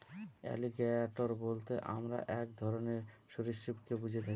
alligator বলতে আমরা এক ধরনের সরীসৃপকে বুঝে থাকি